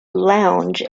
lounge